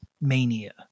mania